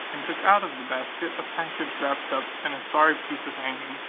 and took out of the basket a package wrapt up in a sorry piece of hanging,